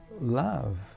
love